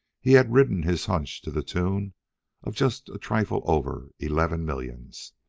he had ridden his hunch to the tune of just a trifle over eleven millions.